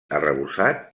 arrebossat